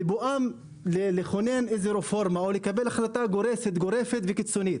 בבואם לכונן רפורמה או לקבל החלטה גורפת וקיצונית